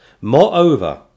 Moreover